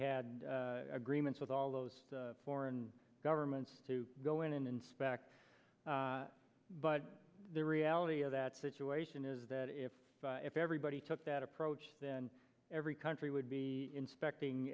had agreements with all those foreign governments to go in and inspect but the reality of that situation is that if everybody took that approach then every country would be inspecting